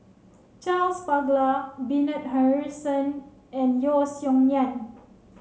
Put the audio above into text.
Charles Paglar Bernard Harrison and Yeo Song Nian